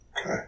Okay